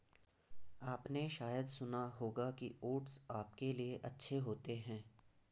आपने शायद सुना होगा कि ओट्स आपके लिए अच्छे होते हैं